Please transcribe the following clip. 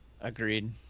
Agreed